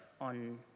on